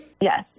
Yes